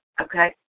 okay